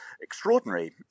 extraordinary